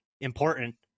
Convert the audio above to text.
important